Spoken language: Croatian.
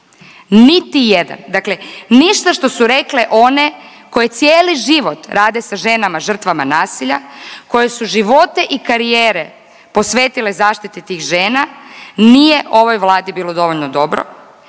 niti jedan. Dakle, ništa što su rekle one koje cijeli život rade sa ženama žrtvama nasilja, koje su živote i karijere posvetile zaštiti tih žena nije ovoj Vladi bilo dovoljno dobro,